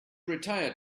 retired